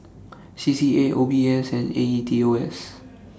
C C A O B S and A E T O S